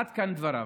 עד כאן דבריו.